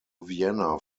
vienna